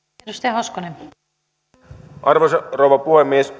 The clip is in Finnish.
arvoisa rouva puhemies